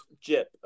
Jip